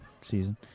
season